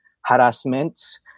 harassments